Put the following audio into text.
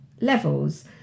levels